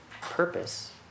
Purpose